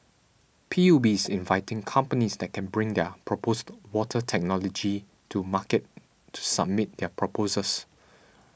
P U B is inviting companies that can bring their proposed water technology to market to submit their proposals